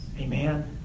Amen